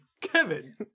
Kevin